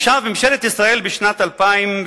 עכשיו, ממשלת ישראל, בשנת 2005,